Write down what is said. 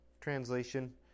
translation